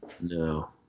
no